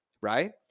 right